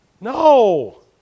No